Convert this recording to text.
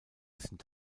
sind